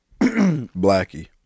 Blackie